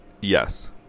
Yes